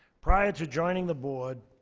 prior to joining the board,